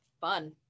Fun